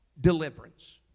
deliverance